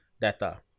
data